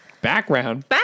Background